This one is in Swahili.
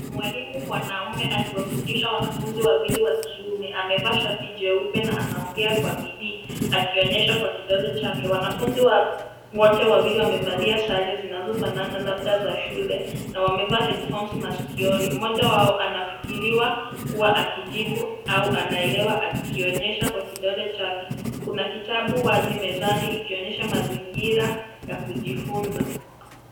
Mwalimu mwanaume akiwafundisha wanafunzi wawili wa kiume amevaa shati jeupe na anaongea kwa bidii, akionyesha kwa kidole chake. Wanafunzi wa wote wawili wamevalia sare zinazofanana labda za shule na wamevaa headfonsi masikioni. Mmoja wao anafikiriwa kuwa akijibu au anaelewa akionyesha kwa kidole chake. Kuna kitabu wazi mezani ikionyesha mazingira ya kujifunza.